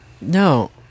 No